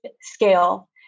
scale